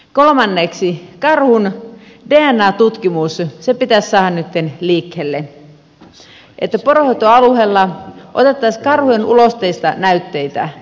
kolmanneksi karhun dna tutkimus pitäisi saada nytten liikkeelle että poronhoitoalueella otettaisiin karhujen ulosteista näytteitä